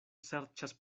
serĉas